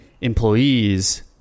employees